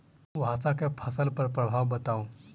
कुहासा केँ फसल पर प्रभाव बताउ?